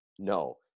No